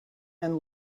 and